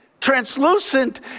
translucent